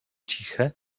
ciche